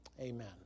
Amen